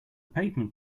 pavement